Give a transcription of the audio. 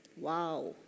Wow